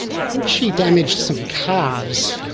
i think she damaged some cars,